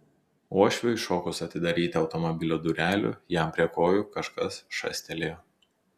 uošviui šokus atidaryti automobilio durelių jam prie kojų kažkas šastelėjo